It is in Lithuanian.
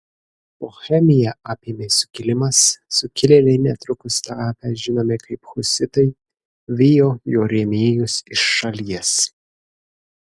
bohemiją apėmė sukilimas sukilėliai netrukus tapę žinomi kaip husitai vijo jo rėmėjus iš šalies